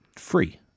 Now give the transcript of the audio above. free